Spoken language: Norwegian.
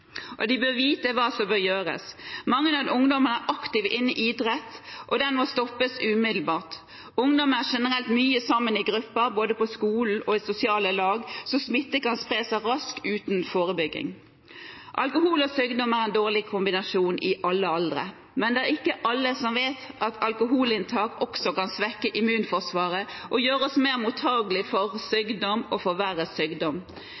kyssesyke. De bør vite hva som bør gjøres. Mang en ungdom er aktiv innen idrett, og det må stoppes umiddelbart. Ungdom er generelt mye sammen i grupper, både på skolen og i sosiale lag, så smitte kan spre seg raskt uten forebygging. Alkohol og sykdom er en dårlig kombinasjon i alle aldre, men det er ikke alle som vet at alkoholinntak også kan svekke immunforsvaret, gjøre oss mer mottakelig for sykdom